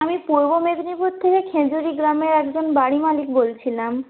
আমি পূর্ব মেদিনীপুর থেকে খেজুরি গ্রামের একজন বাড়ি মালিক বলছিলাম